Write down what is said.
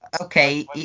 Okay